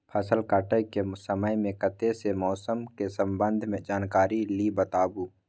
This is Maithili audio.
फसल काटय के समय मे कत्ते सॅ मौसम के संबंध मे जानकारी ली बताबू?